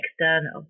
external